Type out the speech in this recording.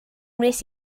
wnes